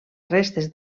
restes